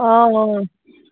অঁ অঁ